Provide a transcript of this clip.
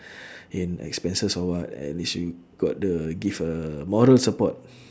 in expenses or what at least you got the give a moral support